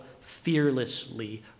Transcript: fearlessly